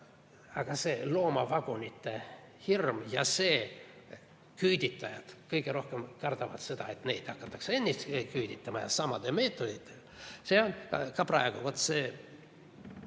Aga see loomavagunite hirm ja see, et küüditajad kõige rohkem kardavad seda, et neid hakatakse endid küüditama ja samade meetoditega, on ka praegu.